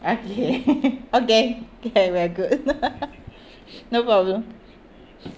okay okay okay we're good no problem